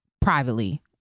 privately